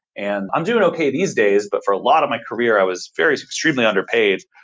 and i'm doing okay these days. but for a lot of my career, i was very extremely underpaid,